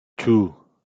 two